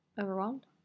Overwhelmed